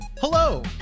Hello